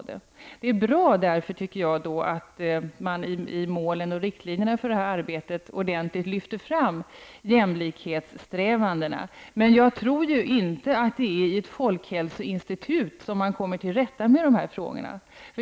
Därför är det bra att man i målen och riktlinjerna för folkhälsoarbetet lyfter fram jämlikhetssträvandena. Jag tror ju inte att man genom ett folkhälsoinstitut kan komma till rätta med dessa frågor.